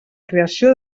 creació